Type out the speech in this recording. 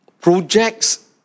projects